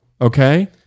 Okay